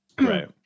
Right